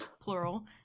plural